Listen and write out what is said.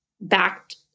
backed